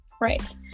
Right